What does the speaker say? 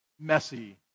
messy